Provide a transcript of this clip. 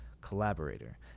Collaborator